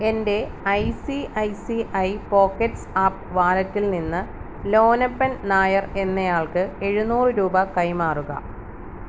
എന്റെ I C I C I Pockets app വാളറ്റിൽ നിന്ന് ലോനപ്പൻ നായർ എന്നയാൾക്ക് എഴുനൂറ് രൂപ കൈമാറുക